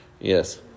Yes